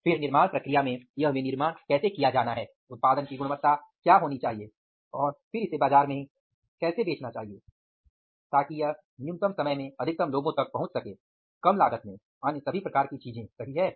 फिर निर्माण प्रक्रिया में यह विनिर्माण कैसे किया जाना है उत्पादन की गुणवत्ता क्या होनी चाहिए और फिर इसे बाजार में कैसे बेचना चाहिए ताकि यह न्यूनतम समय में अधिकतम लोगों तक पहुंच सके कम लागत में और अन्य सभी प्रकार की चीजें सही है